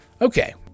Okay